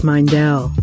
Mindell